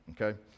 okay